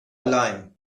allein